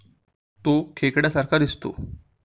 तो खेकड्या सारखा दिसतो